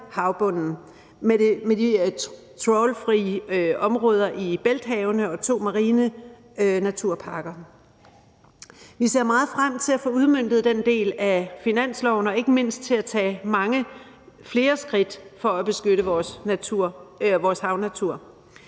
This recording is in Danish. havbunden med de trawlfrie områder i bælthavene og to marine naturparker. Vi ser meget frem til at få udmøntet den del af finansloven og ikke mindst til at tage mange flere skridt for at beskytte vores havnatur.